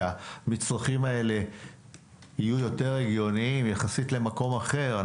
שהמצרכים האלה יהיו יותר הגיוניים יחסית למקום אחר,